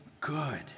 good